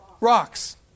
rocks